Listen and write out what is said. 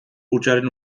hutsaren